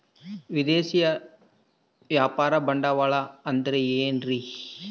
ವಿದೇಶಿಯ ವ್ಯಾಪಾರ ಬಂಡವಾಳ ಅಂದರೆ ಏನ್ರಿ?